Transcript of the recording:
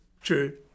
true